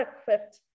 equipped